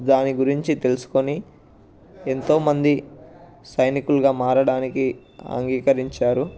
దాని గురించి తెలుసుకొని ఎంతోమంది సైనికులుగా మారడానికి అంగీకరించారు